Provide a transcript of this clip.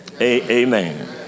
amen